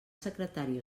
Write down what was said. secretari